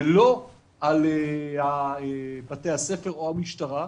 ולא על בתי הספר או המשטרה,